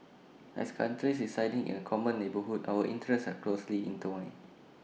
as countries residing in A common neighbourhood our interests are closely intertwined